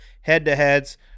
head-to-heads